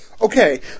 Okay